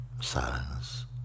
Silence